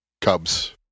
Cubs